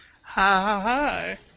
hi